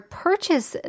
purchase